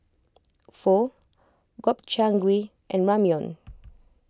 Pho Gobchang Gui and Ramyeon